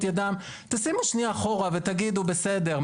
ידם" תשימו שנייה אחורה ותגידו: בסדר,